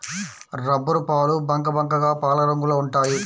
రబ్బరుపాలు బంకబంకగా పాలరంగులో ఉంటాయి